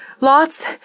lots